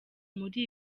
muri